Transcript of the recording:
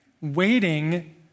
waiting